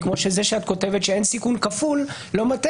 זה שאת כותבת שאין סיכון לא מטעה,